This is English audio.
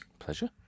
pleasure